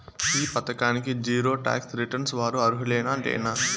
ఈ పథకానికి zero tax returns వారు అర్హులేనా లేనా?